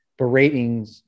beratings